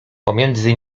pomiędzy